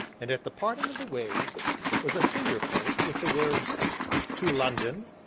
and at the parting of the ways was a finger-post with the words to london.